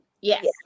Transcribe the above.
Yes